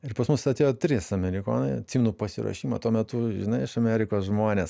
ir pas mus atėjo trys amerikonai atsimenu pasiruošimą tuo metu žinai iš amerikos žmonės